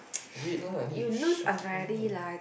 wait lah I need to shuffle